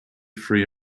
free